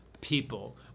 people